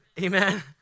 Amen